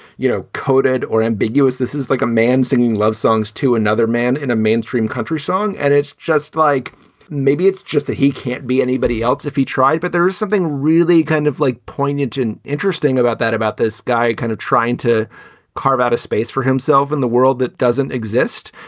you know, coded or ambiguous. this is like a man singing love songs to another man in a mainstream country song and it's just like maybe it's just that he can't be anybody else if he tried. but there's something really kind of like poignant and interesting about that, about this guy kind of trying to carve out a space for himself in the world that doesn't exist.